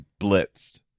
blitzed